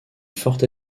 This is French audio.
forte